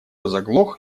заглох